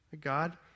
God